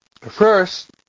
first